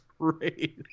great